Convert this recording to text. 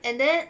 and then